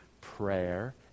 prayer